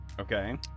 Okay